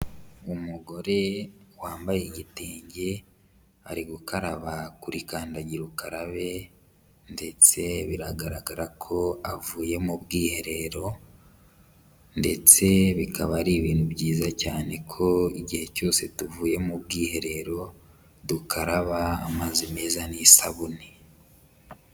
Umugore wambaye igitenge, ari gukaraba kuri kandagira ukarabe ndetse bigaragara ko avuye mu bwiherero ndetse bikaba ari ibintu byiza cyane ko igihe cyose tuvuye mu bwiherero, dukaraba amazi meza n'isabune.